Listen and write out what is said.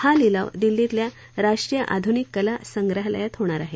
हा लिलाव दिल्लीतल्या राष्ट्रीय आधुनिक कला संग्रहालयात होणार आहे